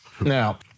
now